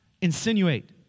insinuate